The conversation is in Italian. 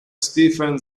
stephen